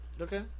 Okay